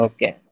Okay